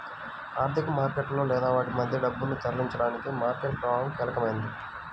ఆర్థిక మార్కెట్లలో లేదా వాటి మధ్య డబ్బును తరలించడానికి మార్కెట్ ప్రభావం కీలకమైనది